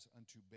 unto